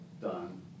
Done